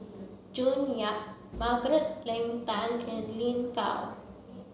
June Yap Margaret Leng Tan and Lin Gao